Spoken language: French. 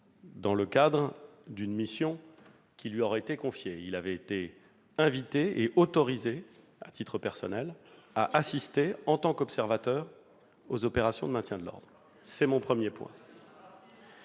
dans le cadre d'une mission qui lui aurait été confiée. Il avait été autorisé à titre personnel à assister en tant qu'observateur aux opérations de maintien de l'ordre. Par qui ? Avec un